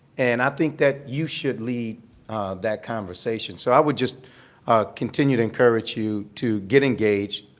and i think that you should lead that conversation. so i would just continue to encourage you to get engaged,